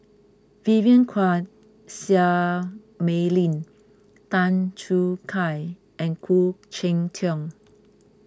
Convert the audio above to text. Vivien Quahe Seah Mei Lin Tan Choo Kai and Khoo Cheng Tiong